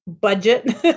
budget